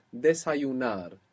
desayunar